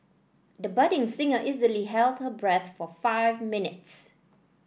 the budding singer easily held her breath for five minutes